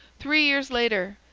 three years later,